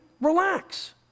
relax